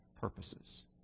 purposes